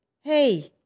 hey